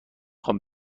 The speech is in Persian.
خوام